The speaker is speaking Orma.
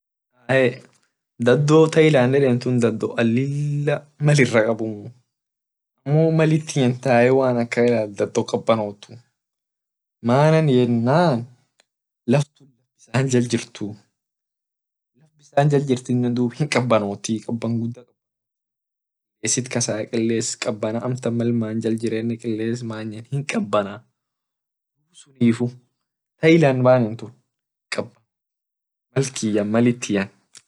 Dado thailand heden tun dado an lila mal ira kabumuu mu malit ilale dado kabanotuu manan yenan dadotun many jal jirtuu dado many jal jirtine huwa hinkabamotii kilesit kasayaa mal many jal jirene kile many hinkabanaa sunifu thailand hinkabanotii.